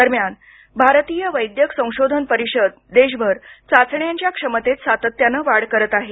दरम्यान भारतीय वैद्यक संशोधन परिषद देशभर चाचण्यांच्या क्षमतेत सातत्यानं वाढ करत आहे